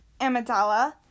Amidala